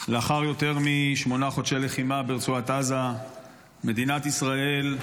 לאחר יותר משמונה חודשי לחימה ברצועת עזה מדינת ישראל,